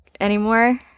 Anymore